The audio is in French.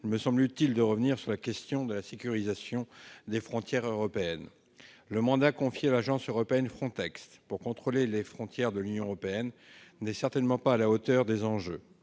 il me semble utile de revenir sur la question de la sécurisation des frontières européennes. Le mandat confié à l'Agence européenne FRONTEX pour contrôler les frontières de l'Union européenne n'est certainement pas à la hauteur des enjeux.